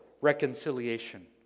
reconciliation